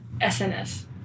SNS